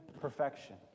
perfection